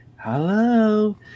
Hello